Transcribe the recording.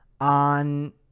on